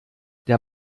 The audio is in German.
der